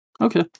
Okay